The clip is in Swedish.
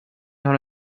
har